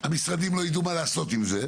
שהמשרדים לא ידעו מה לעשות עם זה,